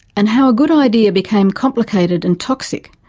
and how a good idea became complicated and toxic.